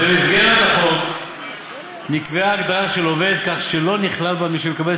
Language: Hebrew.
במסגרת החוק נקבעה הגדרה של עובד כך שלא נכלל בה מי שמקבל